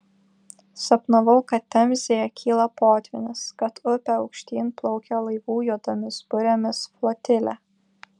sapnavau kad temzėje kyla potvynis kad upe aukštyn plaukia laivų juodomis burėmis flotilė